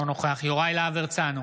אינו נוכח יוראי להב הרצנו,